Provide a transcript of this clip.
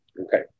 okay